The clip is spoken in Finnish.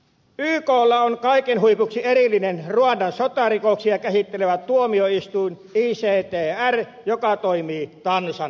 yklla on kaiken huipuksi erillinen ruandan sotarikoksia käsittelevä tuomioistuin ictr joka toimii tansaniassa